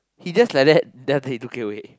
he just like that then after he took it away